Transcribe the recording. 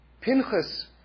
Pinchas